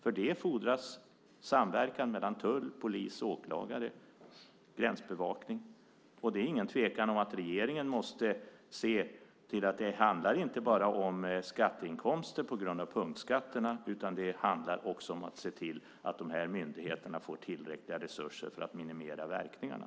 För det fordras samverkan mellan tull, polis, åklagare och gränsbevakning. Det är ingen tvekan om att regeringen måste se att det inte bara handlar om skatteinkomster på grund av punktskatterna. Det handlar också om att se till att myndigheterna får tillräckliga resurser för att minimera verkningarna.